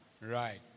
Right